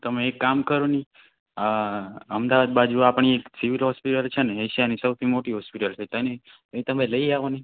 તો તમે એક કામ કરો ને અમદાવાદ બાજુ આપની એક સિવિલ હોસ્પિટલ છે ને એશિયાની સૌથી મોટી હોસ્પિટલ છે તેની એ તમે લઈ આવો ને